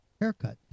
haircut